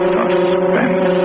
Suspense